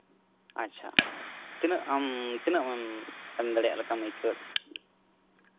ᱟᱪᱪᱷᱟ ᱛᱤᱱᱟᱹᱜ ᱮᱢ ᱛᱤᱱᱟᱹᱜ ᱮᱢ ᱫᱟᱲᱮᱭᱟᱜ ᱞᱮᱠᱟᱢ ᱟᱹᱭᱠᱟᱹᱣᱫᱟ